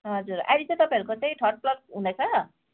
हजुर अहिले चाहिँ तपाईँहरूको चाहिँ थर्ड प्लक हुँदैछ